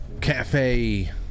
cafe